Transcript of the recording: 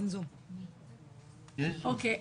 אוקי,